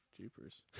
Jeepers